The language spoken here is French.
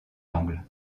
angle